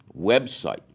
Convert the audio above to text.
website